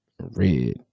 red